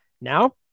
Now